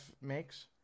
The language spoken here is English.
makes